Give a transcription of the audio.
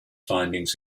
findings